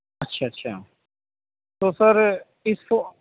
اچھا اچھا تو سر اس